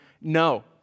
No